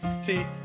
See